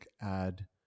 add